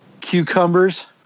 Cucumbers